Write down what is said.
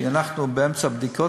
כי אנחנו באמצע בדיקות,